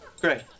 Great